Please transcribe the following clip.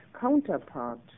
counterpart